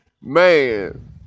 man